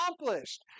accomplished